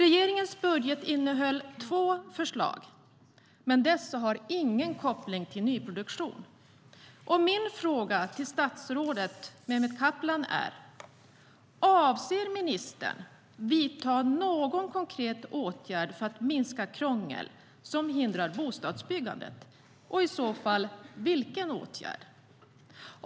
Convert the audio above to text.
Regeringens budget innehöll två förslag, men dessa har ingen koppling till nyproduktion. Min fråga till statsrådet Mehmet Kaplan är: Avser ministern att vidta någon konkret åtgärd för att minska krånglet som hindrar bostadsbyggandet? I så fall vilken åtgärd?